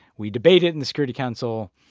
we debate it in the security council.